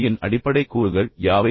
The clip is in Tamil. யின் அடிப்படை கூறுகள் யாவை